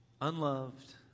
Unloved